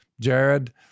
Jared